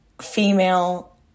female